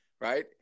Right